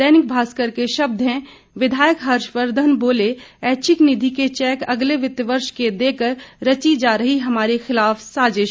दैनिक भास्कर के शब्द हैं विधायक हर्षवर्धन बोले ऐच्छिक निधि के चेक अगले वित वर्ष के देकर रची जा रही हमारे खिलाफ साजिश